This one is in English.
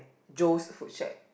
Jones food shed